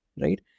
right